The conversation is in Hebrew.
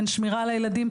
אין שמירה על הילדים,